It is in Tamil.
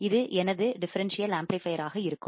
இது எனது டிஃபரண்சியல்ஆம்ப்ளிபையர் ஆக இருக்கும்